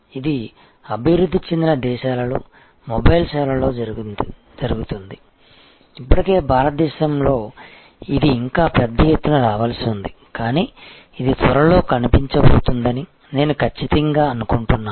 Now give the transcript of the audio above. ఇది అభివృద్ధి చెందిన దేశాలలో మొబైల్ సేవలలో జరుగుతుంది ఇప్పటికే భారతదేశంలో ఇది ఇంకా పెద్ద ఎత్తున రావలసి ఉంది కానీ ఇది త్వరలో కనిపించబోతుందని నేను ఖచ్చితంగా అనుకుంటున్నాను